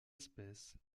espèce